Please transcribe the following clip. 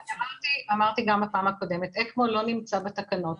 אמרתי גם בפעם הקודמת, אקמו לא נמצא בתקנות.